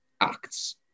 acts